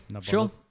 Sure